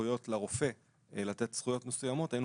סמכויות לרופא לתת זכויות מסוימות היינו